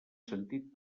sentit